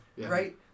Right